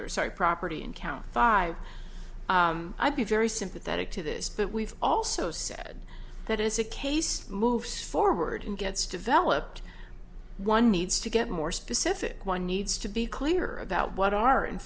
or sorry property in count five i'd be very sympathetic to this but we've also said that it's a case moves forward and gets developed one needs to get more specific one needs to be clearer about what are in